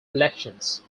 elections